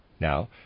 Now